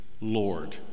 Lord